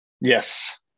Yes